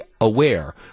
aware